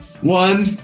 One